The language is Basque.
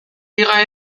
liga